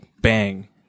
bang